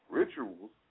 rituals